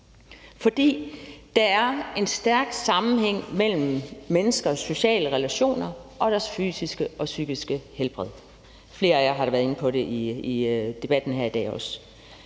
For der er en stærk sammenhæng mellem menneskers sociale relationer og deres fysiske og psykiske helbred. Flere af jer har været inde på det i debatten her i dag også.